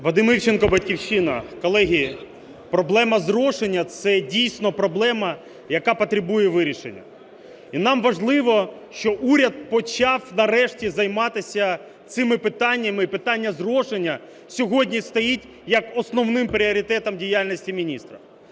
Вадим Івченко, "Батьківщина". Колеги, проблема зрошення – це дійсно проблема, яка потребує вирішення. І нам важливо, що уряд почав нарешті займатися цими питаннями і питання зрошення сьогодні стоїть як основним пріоритетом діяльності міністра.